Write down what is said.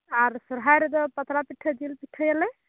ᱟᱨ ᱥᱚᱨᱦᱟᱭ ᱨᱮᱫᱚ ᱯᱟᱛᱲᱟ ᱯᱤᱴᱷᱟᱹ ᱡᱤᱞ ᱯᱤᱴᱷᱟᱹᱭᱟᱞᱮ